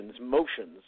motions